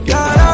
God